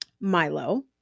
Milo